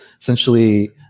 essentially